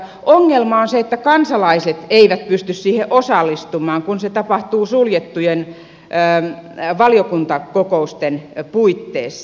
ongelma on se että kansalaiset eivät pysty siihen osallistumaan kun se tapahtuu suljettujen valiokuntakokousten puitteissa